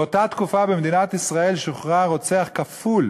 באותה תקופה במדינת ישראל שוחרר רוצח כפול